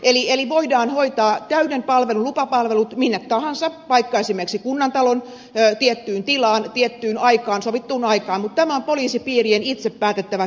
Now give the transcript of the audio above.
eli voidaan hoitaa täyden palvelun lupapalvelut minne tahansa esimerkiksi kunnantalon tiettyyn tilaan tiettyyn aikaan sovittuun aikaan mutta tämä kysymys on poliisipiirien itse päätettävä